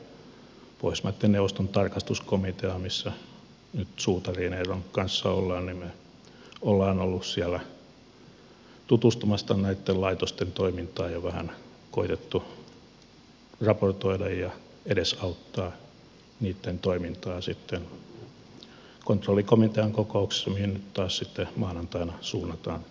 pohjoismaitten neuvoston tarkastuskomiteassa missä nyt suutarin eeron kanssa olemme olemme olleet tutustumassa näitten laitosten toimintaan ja vähän koettaneet raportoida ja edesauttaa niitten toimintaa sitten kontrollikomitean kokouksissa jollaiseen nyt taas sitten maanantaina suuntaamme tukholmaan